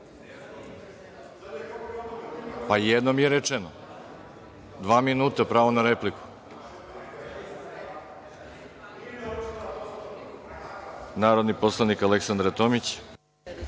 Jednom je rečeno, dva minuta, pravo na repliku. Narodni poslanik Aleksandra Tomić.